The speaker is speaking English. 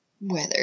weather